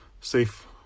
safe